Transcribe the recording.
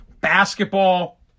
basketball